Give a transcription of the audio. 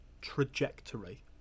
trajectory